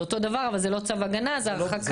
זה אותו דבר אבל זה לא צו הגנה, אלא הרחקה.